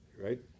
right